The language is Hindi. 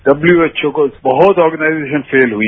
डब्ल्यूएचओ कोबहुत आर्गेनाइजेशन्स फेल हुई